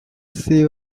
she